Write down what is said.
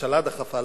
הממשלה דחפה,